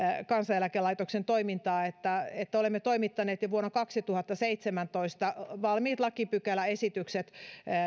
kansaneläkelaitoksen toimintaa että että olemme toimittaneet jo vuonna kaksituhattaseitsemäntoista valmiit lakipykäläesitykset